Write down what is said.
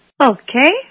Okay